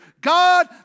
God